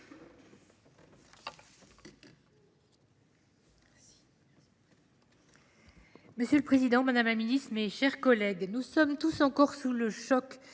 Monsieur le président, madame la secrétaire d’État, mes chers collègues, nous sommes tous encore sous le choc